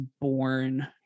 born